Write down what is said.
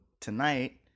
tonight